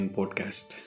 Podcast